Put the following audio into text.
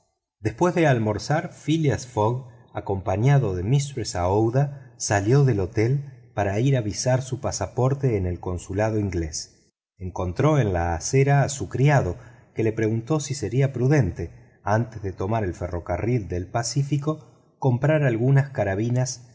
después de almorzar phileas fogg acompañado de mistress aouida salió del hotel para ir a visar su pasaporte en el consulado inglés encontró en la acera a su criado que le preguntó si sería prudente antes de tomar el ferrocarril del pacífico comprar algunas carabinas